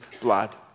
blood